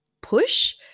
push